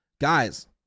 guys